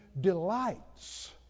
delights